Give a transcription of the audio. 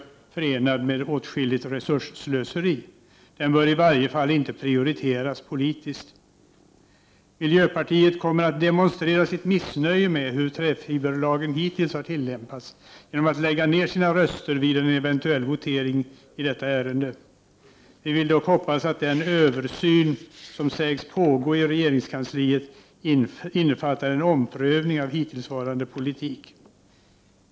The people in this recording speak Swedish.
1989/90:45 åtskilligt resursslöseri. Den bör i varje fall inte prioriteras politiskt. 13 december 1989 Miljöpartiet kommer att demonstrera sitt missnöje med hur träfiberlagen. hittills tillämpats genom att lägga ned sina röster vid en eventuell votering i detta ärende. Vi vill dock hoppas att den översyn som sägs pågå i regeringskansliet innefattar en omprövning av hittillsvarande politik.